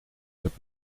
het